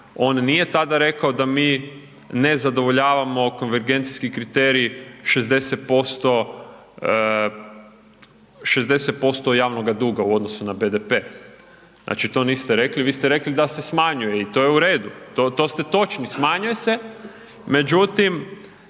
on nije tada rekao da mi ne zadovoljavamo konvergencijski kriterij 60%, 60% javnoga duga u odnosu na BDP. Znači, to niste rekli, vi ste rekli da se smanjuje i to je u redu, to ste točni, smanjuje se, međutim